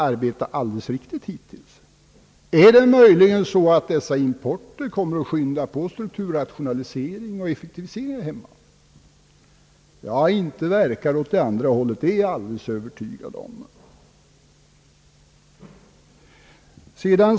Kommer möjligen denna import att skynda på strukturrationalisering och effektivisering här hemma? Jag är alldeles övertygad om att den inte verkar åt det motsatta hållet.